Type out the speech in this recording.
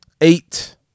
Eight